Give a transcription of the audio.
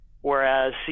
whereas